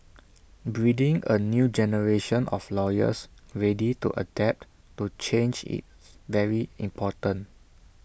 breeding A new generation of lawyers ready to adapt to change is very important